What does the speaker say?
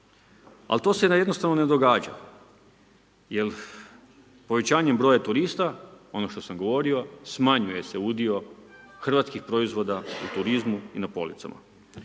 Ali to se jednostavno ne događa. Jer povećanjem broja turista, ono što sam govorio, smanjuje se udio hrvatskih proizvoda u turizmu i na policama.